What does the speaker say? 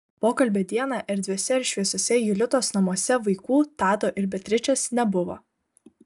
pokalbio dieną erdviuose ir šviesiuose julitos namuose vaikų tado ir beatričės nebuvo